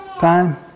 time